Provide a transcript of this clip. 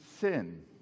sin